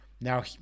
Now